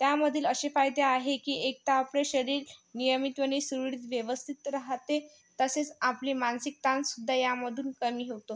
त्यामधील असे फायदे आहे की एक तर आपलं शरीर नियमितपणे सुरळीत व्यवस्थित राहाते तसेच आपले मानसिक ताणसुद्धा यामधून कमी होतो